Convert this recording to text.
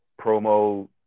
promo